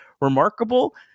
remarkable